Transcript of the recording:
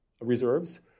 reserves